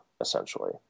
essentially